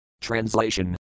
Translation